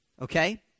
Okay